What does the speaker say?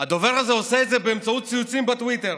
הדובר הזה עושה את זה באמצעות ציוצים בטוויטר,